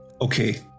Okay